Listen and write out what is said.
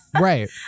Right